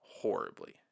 Horribly